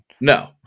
No